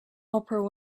oprah